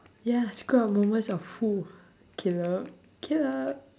ya screw up moments of who caleb caleb